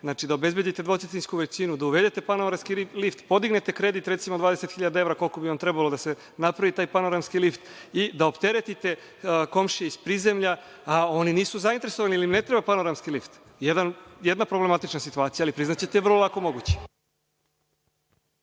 možete da obezbedite dvotrećinsku većinu, da uvedete panoramski lift, podignete recimo kredit od 20 hiljada evra, koliko bi vam trebalo da se napravi taj panoramski lift i da opteretite komšije iz prizemlja, a oni nisu zainteresovani ili im ne treba panoramski lift. Jedna problematična situacija, ali priznaćete vrlo lako moguća.